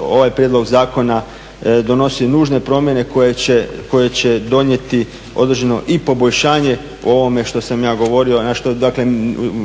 ovaj prijedlog zakona donosi nužne promjene koje će donijeti određeno i poboljšanje u ovome što sam ja govorio na što dakle